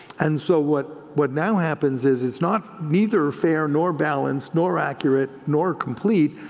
and so what what now happens is it's not neither a fair nor balanced, nor accurate, nor complete,